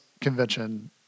convention